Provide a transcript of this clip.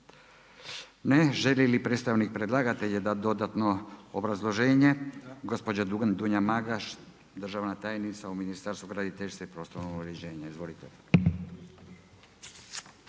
Ne. Želi li predstavnik predlagatelja dati dodatno obrazloženje? Gospođa Dunja Magaš, državna tajnica u Ministarstvu graditeljstva i prostornog uređenja. Izvolite.